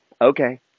Okay